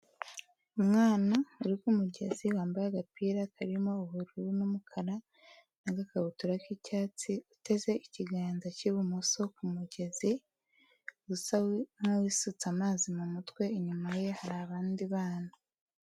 Umwana uri ku mugezi wambaye agapira karimo ubururu n'umukara n'agakabutura k'icyatsi uteze ikiganza cy'ibumoso ku mugezi, usa nk'uwisutse amazi mu mutwe inyuma ye hari abandi bana.